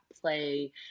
play